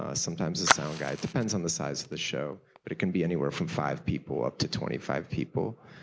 ah sometimes a sound guy. it depends on the size of the show, but it can be anywhere from five people up to twenty five people.